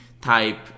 type